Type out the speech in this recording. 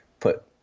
put